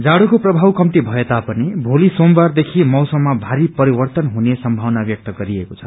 जाइेको प्रभाव कम्ती भए तापनि भोलि सोमबारदेखि मौसममा भारी परिवर्तन हुने सम्भावना व्यक्त गरिएको छ